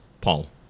Paul